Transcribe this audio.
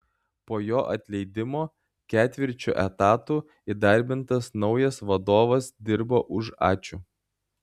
po jo atleidimo ketvirčiu etato įdarbintas naujas vadovas dirbo už ačiū